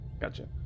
Gotcha